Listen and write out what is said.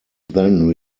then